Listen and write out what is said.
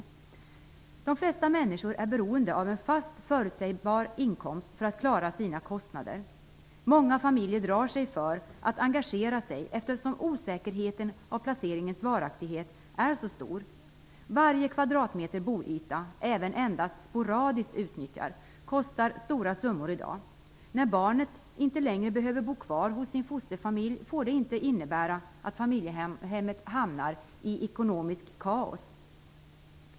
De flesta människor är beroende av en fast, förutsägbar inkomst för att klara sina kostnader. Många familjer drar sig för att engagera sig, eftersom osäkerheten om placeringens varaktighet är så stor. Varje kvadratmeter boyta, även endast sporadiskt utnyttjad, kostar stora summor i dag. När barnet inte längre behöver bo kvar hos sin fosterfamilj får det inte innebära att familjehemmet hamnar i ekonomiskt kaos.